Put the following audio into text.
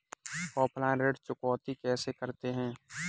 Offline ऋण चुकौती कैसे करते हैं?